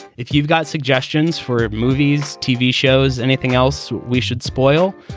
if you've got suggestions for movies, tv shows, anything else we should spoil,